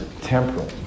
temporal